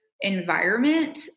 environment